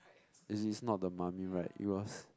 it is not the mummy ride it was